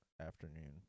afternoon